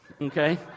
Okay